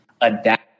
adapt